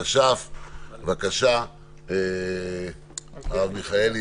התש"ף 2020. הרב מיכאלי,